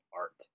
art